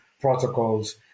protocols